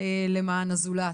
למען הזולת.